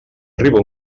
arriba